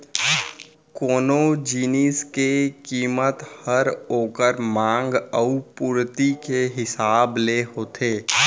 कोनो जिनिस के कीमत हर ओकर मांग अउ पुरती के हिसाब ले होथे